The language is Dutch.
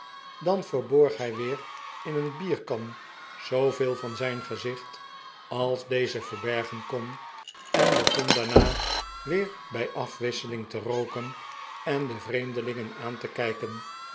dan verborg hij weer in een bierkan zoo veel van zijn gezicht als deze verbergen kon en begon daarna weer bij afwisseling te rooken en de vreemdelingen aan te kijken